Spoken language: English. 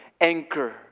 anchor